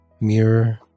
mirror